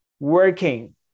Working